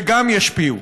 וגם ישפיעו.